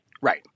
Right